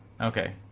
okay